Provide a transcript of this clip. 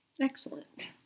excellent